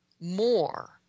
more